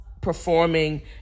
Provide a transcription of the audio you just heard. performing